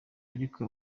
ariko